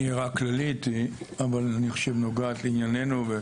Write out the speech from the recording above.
הערה כללית אבל שנוגעת לענייננו.